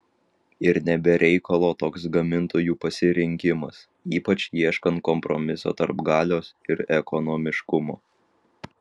ir ne be reikalo toks gamintojų pasirinkimas ypač ieškant kompromiso tarp galios ir ekonomiškumo